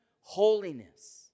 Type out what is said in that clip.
holiness